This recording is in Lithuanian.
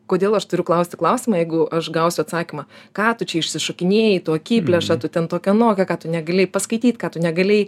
kodėl aš turiu klausti klausimą jeigu aš gausiu atsakymą ką tu čia išsišokinėji tu akiplėša tu ten tokia anokia ką tu negalėjai paskaityt ką tu negalėjai